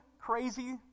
crazy